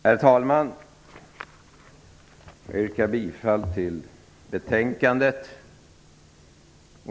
Herr talman! Jag yrkar bifall till utskottets hemställan.